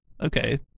okay